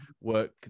work